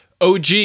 OG